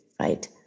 Right